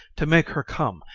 to make her come,